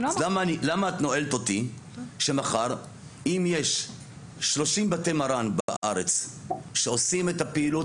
למה את נועלת אותי שמחר אם יש 30 בתי מרן בארץ שעושים את הפעילות